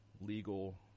legal